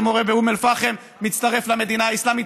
כשמורה באום אל-פחם מצטרף למדינה האסלאמית,